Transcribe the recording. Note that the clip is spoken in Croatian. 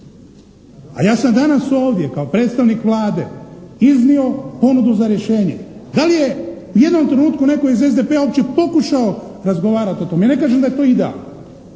A ja sam danas ovdje kao predstavnik Vlade iznio ponudu za rješenje. Da li je i u jednom trenutku netko iz SDP-a uopće pokušao razgovarati o tom? Ja ne kažem da je to ideal.